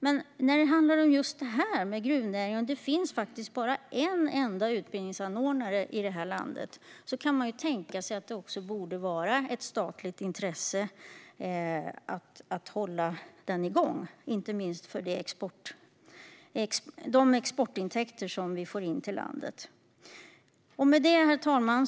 Men när det handlar om just gruvnäringen, där det bara finns en enda utbildningsanordnare i landet, borde det finnas ett statligt intresse av att hålla den igång, inte minst med tanke på de exportintäkter vi får in till landet. Herr talman!